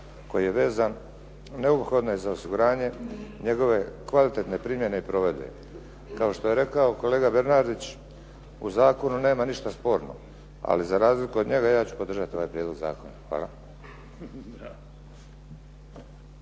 koji je vezan neophodno je za osiguranje njegove kvalitetne primjene i provedbe. Kao što je rekao kolega Bernardić u zakonu nema ništa sporno ali za razliku od njega ja ću podržati ovaj prijedlog zakona. Hvala.